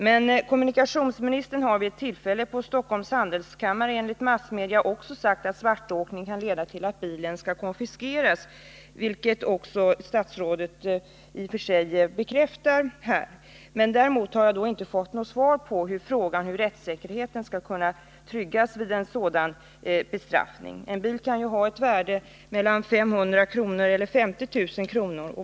Men kommunikationsministern har vid ett tillfälle på Stockholms handelskammare enligt massmedia sagt att svartåkning kan leda till att bilen skall konfiskeras, vilket statsrådet i och för sig bekräftar här. Däremot har jag inte fått något svar på frågan om hur rättssäkerheten skall kunna tryggas vid en sådan bestraffning. En bil kan ju ha ett värde mellan 500 kr. och 50 000 kr.